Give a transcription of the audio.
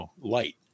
light